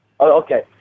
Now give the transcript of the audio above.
okay